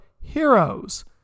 heroes